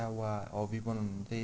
वा हबी बनाउनु भने चाहिँ यसमा